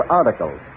articles